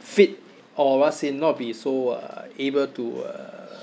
fit all of us in not be so uh able to uh